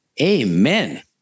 Amen